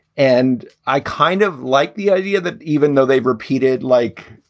and i kind of like the idea that even though they've repeated, like,